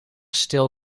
stil